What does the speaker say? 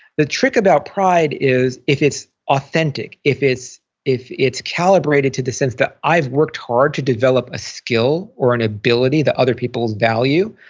the trick about pride is if it's authentic, if it's if it's calibrated to the sense that i've worked hard to develop a skill or an ability that other people value,